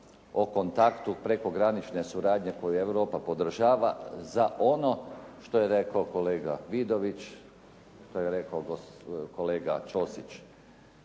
o kontaktu prekogranične suradnje koju Europa podržava za ono što je rekao kolega Vidović, što je rekao kolega Ćosić.